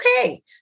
okay